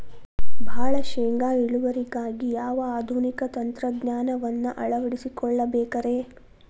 ಭಾಳ ಶೇಂಗಾ ಇಳುವರಿಗಾಗಿ ಯಾವ ಆಧುನಿಕ ತಂತ್ರಜ್ಞಾನವನ್ನ ಅಳವಡಿಸಿಕೊಳ್ಳಬೇಕರೇ?